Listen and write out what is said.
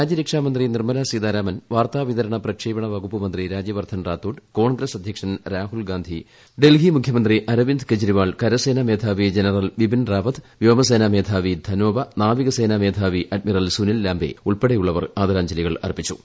രാജ്യരക്ഷാ മൂന്തി നിർമ്മലാ സീതാരാമൻ വാർത്താ വിതരണ പ്രക്ഷേപണ പ്രികൂപ്പ് മന്ത്രി രാജ്യവർദ്ധൻ റാത്തോഡ് കോൺഗ്രസ് അധ്യക്ഷ്ടൻ രാഹുൽ ഗാന്ധി ഡൽഹി മുഖ്യമന്ത്രി അരവിന്ദ് കെജ്രിവാൾ ് കരസേനാ മേധാവി ജനറൽ ബിപിൻ റാവത്ത് വ്യോമസേനാ മേധാവി ധനോവ നാവിക സേനാ മേധാവി അഡ്മിറൽ സുനിൽ ലാംബെ ഉൾപ്പെടെയുളളവർ ആദരാഞ്ജലികൾ അർപ്പിച്ചു